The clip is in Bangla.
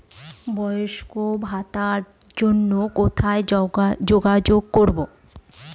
বয়স্ক ভাতার জন্য কোথায় যোগাযোগ করব?